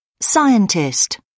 Scientist